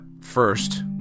first